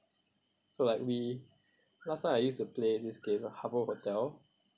so like we last time I used to play this game ah Habbo Hotel